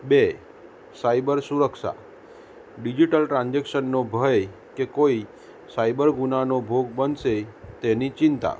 બે સાયબર સુરક્ષા ડિજિટલ ટ્રાન્ઝેક્શનનો ભય કે કોઈ સાયબર ગુનાનો ભોગ બનશે તેની ચિંતા